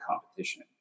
competition